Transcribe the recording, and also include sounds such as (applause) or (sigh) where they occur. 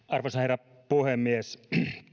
(unintelligible) arvoisa herra puhemies